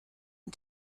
and